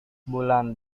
bulan